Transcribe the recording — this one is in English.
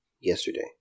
yesterday